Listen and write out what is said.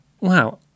wow